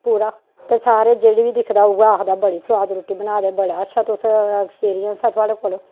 पूरा ते सारे जेह्ड़ी बी दिखदा उ'ऐ आखदा बड़ी सोआद रुट्टी बनाए दे बड़ा अच्छा तुस एक्सपीरियंस ऐ थुआढ़े कोल